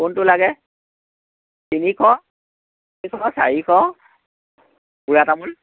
কোনটো লাগে তিনিশ তিনিশ চাৰিশ বুঢ়া তামোল